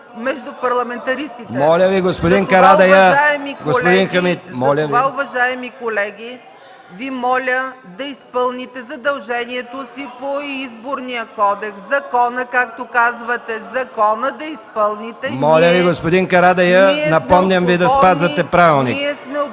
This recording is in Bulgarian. Моля Ви, господин Карадайъ! Напомням Ви да спазвате Правилника.